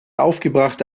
aufgebrachte